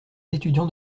étudiants